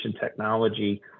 technology